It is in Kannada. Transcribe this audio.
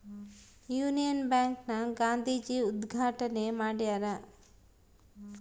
ಯುನಿಯನ್ ಬ್ಯಾಂಕ್ ನ ಗಾಂಧೀಜಿ ಉದ್ಗಾಟಣೆ ಮಾಡ್ಯರ